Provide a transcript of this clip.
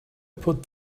put